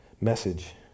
message